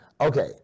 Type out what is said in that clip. Okay